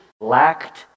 lacked